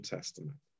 Testament